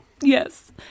Yes